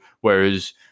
Whereas